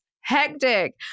hectic